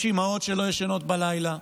יש אימהות שלא ישנות בלילה,